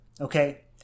Okay